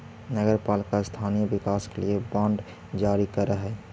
नगर पालिका स्थानीय विकास के लिए बांड जारी करऽ हई